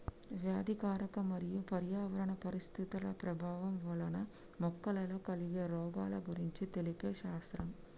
వ్యాధికారక మరియు పర్యావరణ పరిస్థితుల ప్రభావం వలన మొక్కలలో కలిగే రోగాల గురించి తెలిపే శాస్త్రం